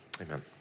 Amen